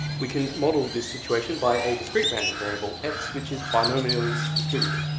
we can model this situation by a discrete random variable, x, which is binomially distributed.